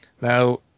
Now